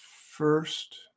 first